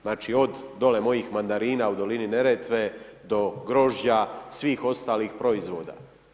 Znači od dole mojih mandarina u dolini Neretve do grožđa svih ostalih proizvoda.